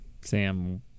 Sam